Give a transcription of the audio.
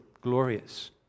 glorious